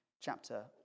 chapter